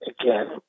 Again